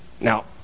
Now